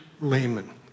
layman